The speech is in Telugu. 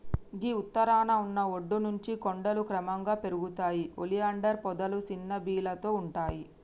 గీ ఉత్తరాన ఉన్న ఒడ్డు నుంచి కొండలు క్రమంగా పెరుగుతాయి ఒలియాండర్ పొదలు సిన్న బీలతో ఉంటాయి